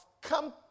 come